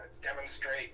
demonstrate